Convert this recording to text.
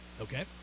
Okay